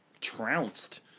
Trounced